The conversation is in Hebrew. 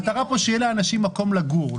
המטרה פה שיהיה לאנשים מקום לגור,